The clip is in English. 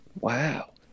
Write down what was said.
Wow